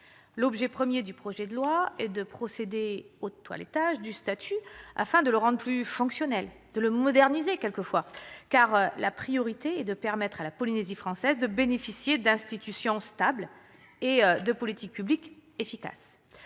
L'objet premier du projet de loi est de procéder au toilettage du statut, afin de le rendre plus fonctionnel, de le moderniser parfois, la priorité étant de permettre à la Polynésie française de bénéficier d'institutions stables et de politiques publiques efficaces.